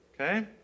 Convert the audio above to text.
Okay